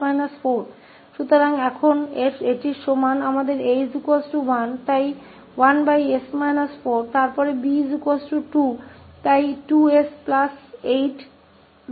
तो अब इसके बराबर होने पर हमारे पास 𝐴 1 है इसलिए 1 फिर 𝐵 2 इसलिए2𝑠8s24 और अब हम कर चुके हैं